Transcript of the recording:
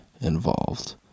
involved